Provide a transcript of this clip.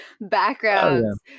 backgrounds